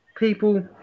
People